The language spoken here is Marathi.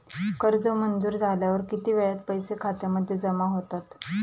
कर्ज मंजूर झाल्यावर किती वेळात पैसे खात्यामध्ये जमा होतात?